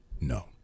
No